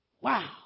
Wow